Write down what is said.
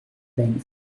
length